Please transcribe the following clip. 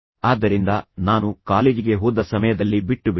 ಆದ್ದರಿಂದ ನಾನು ಕಾಲೇಜಿಗೆ ಹೋದ ಸಮಯದಲ್ಲಿ ಬಿಟ್ಟುಬಿಟ್ಟೆ